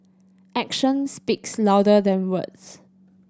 action speaks louder than words